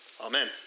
Amen